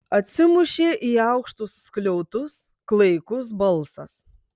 atsimušė į aukštus skliautus klaikus balsas